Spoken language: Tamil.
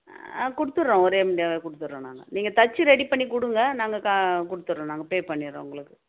ஆ கொடுத்துட்றோம் ஒரே மண்டியாகவே கொடுத்துட்றோம் நாங்கள் நீங்கள் தச்சு ரெடி பண்ணி கொடுங்க நாங்கள் கா கொடுத்துட்றோம் நாங்கள் பே பண்ணிடுறோம் உங்களுக்கு